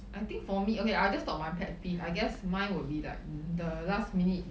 I think for me okay I'll just talk my pet peeve I guess mine would be like the last minute